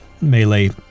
melee